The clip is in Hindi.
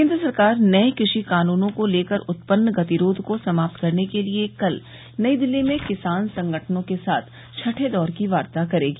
केंद्र सरकार नए कृषि कानूनों को लेकर उत्पन्न गतिरोध को समाप्त करने के लिए कल नई दिल्ली में किसान संगठनों के साथ छठे दौर की वार्ता करेगी